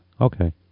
Okay